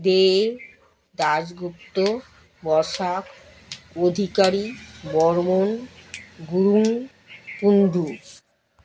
দে Dasgupta Basak Adhikari Barman Gurung Kundu